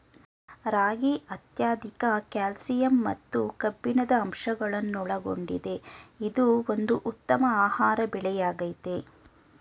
ರಾಗಿ ಅತ್ಯಧಿಕ ಕ್ಯಾಲ್ಸಿಯಂ ಮತ್ತು ಕಬ್ಬಿಣದ ಅಂಶಗಳನ್ನೊಳಗೊಂಡಿದೆ ಇದು ಒಂದು ಉತ್ತಮ ಆಹಾರ ಬೆಳೆಯಾಗಯ್ತೆ